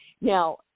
Now